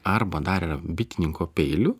arba dar yra bitininko peiliu